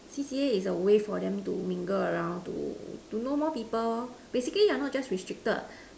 C_C_A is a way for them to mingle around to to know more people basically you're not just restricted